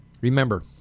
Remember